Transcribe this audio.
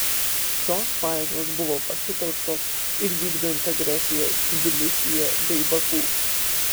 šios pajėgos buvo pasitelktos ir vykdant agresiją tbilisyje bei baku